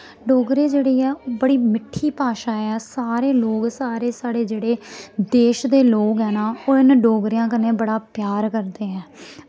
डोगरी जेह्ड़ी ऐ ओह् बड़ी मिट्ठी भाशा ऐ सारे लोग सारे साढ़े जेह्ड़े देश दे लोग ऐ ना ओह् इनें डोगरें कन्नै बड़ा प्यार करदे ऐं